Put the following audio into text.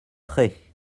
prés